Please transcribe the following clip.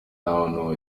n’aho